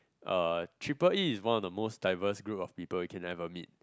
uh triple E is one of the most diverse group of people you can ever meet